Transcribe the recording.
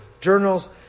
journals